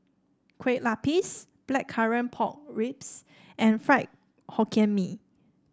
Kueh Lapis Blackcurrant Pork Ribs and Fried Hokkien Mee